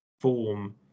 form